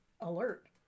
Alert